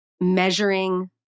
measuring